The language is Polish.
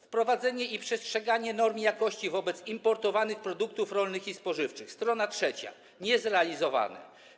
Wprowadzenie i przestrzeganie norm jakości wobec importowanych produktów rolnych i spożywczych, str. 3 - niezrealizowane.